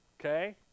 okay